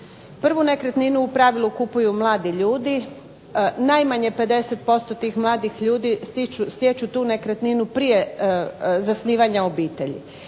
Prvu nekretninu u pravilu kupuju mladi ljudi. Najmanje 50% tih mladih ljudi stječu tu nekretninu prije zasnivanja obitelji.